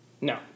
No